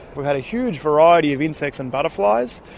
we've had a huge variety of insects and butterflies,